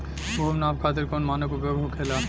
भूमि नाप खातिर कौन मानक उपयोग होखेला?